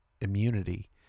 immunity